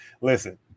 Listen